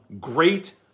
great